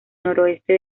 noroeste